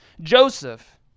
Joseph